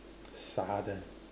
shit